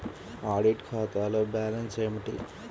Audit ఖాతాలో balance ఏమిటీ?